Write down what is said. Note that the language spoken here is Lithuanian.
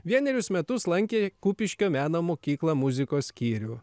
vienerius metus lankė kupiškio meno mokyklą muzikos skyrių